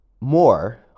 more